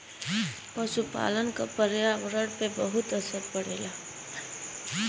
पसुपालन क पर्यावरण पे बहुत असर पड़ेला